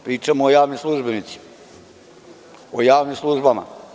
Pričamo o javnim službama, o javnim službama.